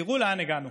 תראו לאן הגענו: